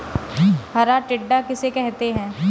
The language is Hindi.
हरा टिड्डा किसे कहते हैं?